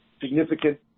significant